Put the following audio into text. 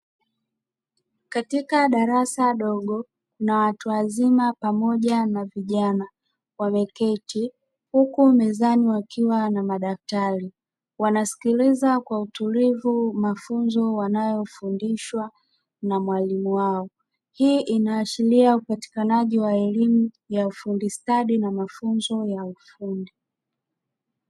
Katika darasa dogo, kuna watu wazima pamoja na vijana wameketi, huku mezani wakiwa na madaftari. Wanasikiliza kwa utulivu mafunzo wanayofundishwa na mwalimu wao, hii inaashiria upatikanaji wa elimu ya ufundi stadi na mafunzo ya ufundi.